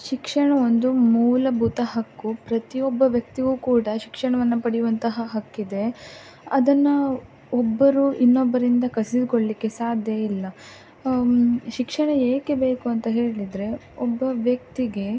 ಶಿಕ್ಷಣ ಒಂದು ಮೂಲಭೂತ ಹಕ್ಕು ಪ್ರತಿಯೊಬ್ಬ ವ್ಯಕ್ತಿಗೂ ಕೂಡ ಶಿಕ್ಷಣವನ್ನು ಪಡೆಯುವಂತಹ ಹಕ್ಕಿದೆ ಅದನ್ನು ಒಬ್ಬರು ಇನ್ನೊಬ್ಬರಿಂದ ಕಸಿದುಕೊಳ್ಳಿಕ್ಕೆ ಸಾಧ್ಯವಿಲ್ಲ ಶಿಕ್ಷಣ ಏಕೆ ಬೇಕು ಅಂತ ಹೇಳಿದರೆ ಒಬ್ಬ ವ್ಯಕ್ತಿಗೆ